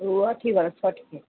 ओ अथी बला छठिके